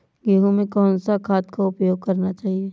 गेहूँ में कौन सा खाद का उपयोग करना चाहिए?